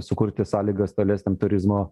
sukurti sąlygas tolesniam turizmo